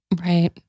Right